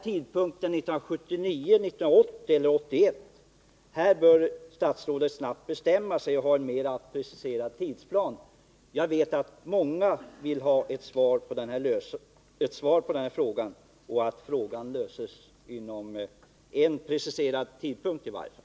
Är det 1979, 1980 eller 1981? Statsrådet bör snabbt bestämma sig och ange en mera preciserad tidsplan. Jag vet att många vill ha en lösning inom en preciserad tidrymd.